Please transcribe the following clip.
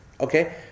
Okay